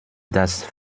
das